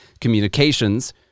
communications